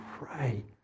pray